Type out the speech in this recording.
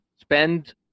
spend